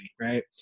right